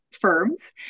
firms